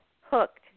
hooked